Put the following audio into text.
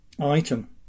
Item